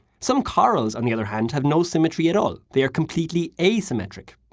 some corals, on the other hand, have no symmetry at all. they are completely asymmetric.